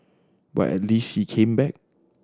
but at least he came back